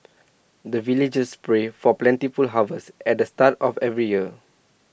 the villagers pray for plentiful harvest at the start of every year